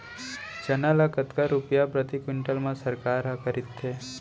चना ल कतका रुपिया प्रति क्विंटल म सरकार ह खरीदथे?